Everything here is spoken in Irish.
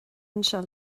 anseo